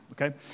okay